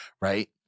right